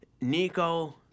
Nico